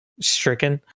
stricken